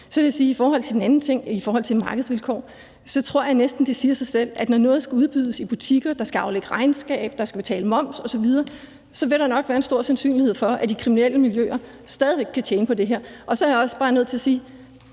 i forhold til den anden ting, altså det med markedsvilkår, sige, at jeg tror, det er næsten siger sig selv, at når noget skal udbydes i butikker, der skal aflægge regnskab, betale moms osv., vil der nok være en stor sandsynlighed for, at de kriminelle miljøer stadig væk kan tjene på det her. Og så er jeg også bare nødt til at sige: